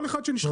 כל אחד שנשחט.